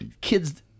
kids